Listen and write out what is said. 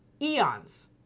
eons